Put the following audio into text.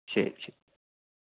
ശരി ശരി